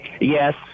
Yes